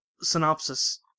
synopsis